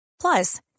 Plus